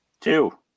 Two